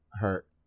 hurt